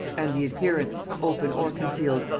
and the adherents, open or concealed,